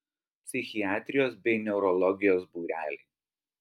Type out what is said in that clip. psichiatrijos bei neurologijos būreliai